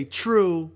true